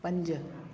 पंज